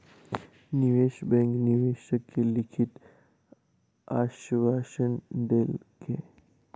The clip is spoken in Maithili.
निवेश बैंक निवेशक के लिखित आश्वासन देलकै